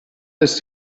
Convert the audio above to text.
ist